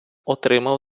отримав